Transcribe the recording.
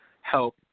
help